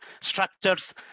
structures